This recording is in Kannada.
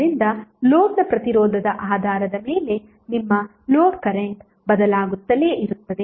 ಆದ್ದರಿಂದ ಲೋಡ್ನ ಪ್ರತಿರೋಧದ ಆಧಾರದ ಮೇಲೆ ನಿಮ್ಮ ಲೋಡ್ ಕರೆಂಟ್ ಬದಲಾಗುತ್ತಲೇ ಇರುತ್ತದೆ